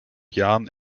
jahren